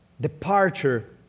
departure